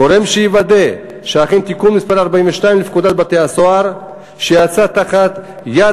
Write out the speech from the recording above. גורם שיוודא שאכן תיקון מס' 42 לפקודת בתי-הסוהר שיצא מתחת ידי